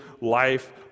life